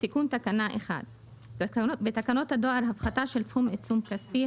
תיקון תקנה 1 בתקנות הדואר (הפחתה של סכום עיצום כספי),